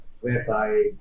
whereby